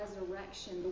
resurrection